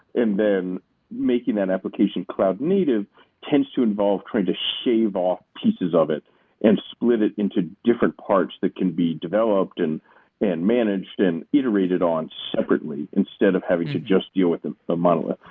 and then making that application cloud native tends to involve trying to shave off pieces of it and split it into different parts that can be developed and and managed and iterated on separately instead of having to just deal with the monolith.